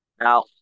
Now